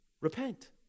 repent